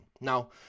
Now